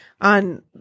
on